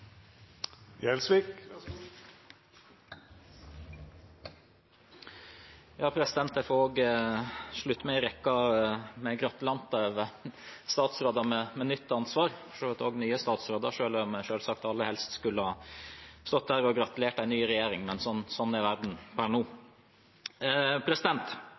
Jeg får slutte meg til rekken av gratulanter til statsråder med nytt ansvar, for så vidt også nye statsråder, selv om jeg selvsagt aller helst skulle stått her og gratulert en ny regjering, men sånn er verden per nå.